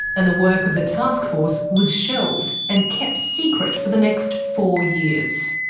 and the work of the taskforce was shelved and kept secret for the next four years.